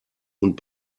und